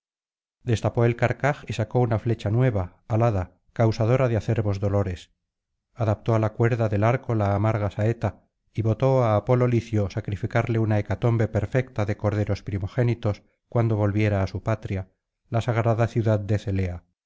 destapó el carcaj y sacó una flecha nueva alada causadora de acerbos dolores adaptó á la cuerda del arco la amarga saeta y votó á apolo licio sacrificarle una hecatombe perfecta de corderos primogénitos cuando volviera á su patria la sagrada ciudad de zelea